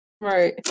right